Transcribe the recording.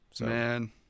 Man